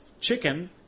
chicken